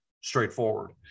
straightforward